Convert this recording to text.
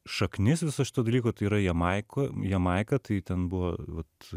šaknis viso šito dalyko tai yra jamaika jamaika tai ten buvo vat